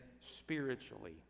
spiritually